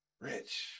rich